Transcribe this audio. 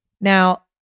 Now